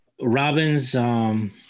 Robin's